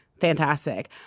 Fantastic